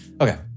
Okay